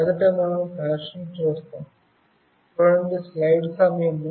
మొదట మనం కనెక్షన్ చూస్తాము